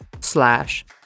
slash